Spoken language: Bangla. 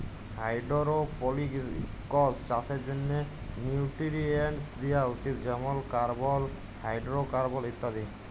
হাইডোরোপলিকস চাষের জ্যনহে নিউটিরিএন্টস দিয়া উচিত যেমল কার্বল, হাইডোরোকার্বল ইত্যাদি